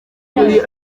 kuri